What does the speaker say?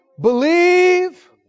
believe